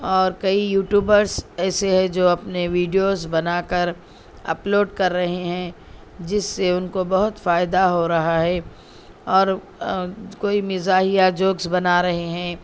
اور کئی یوٹیوبرس ایسے ہے جو اپنے ویڈیوز بنا کر اپلوڈ کر رہے ہیں جس سے ان کو بہت فائدہ ہو رہا ہے اور کوئی مزاحیہ جوکس بنا رہے ہیں